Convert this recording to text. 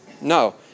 No